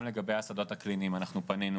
ושלוש, גם לגבי השדות הקליניים אנחנו פנינו